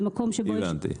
הבנתי.